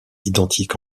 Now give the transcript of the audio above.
identique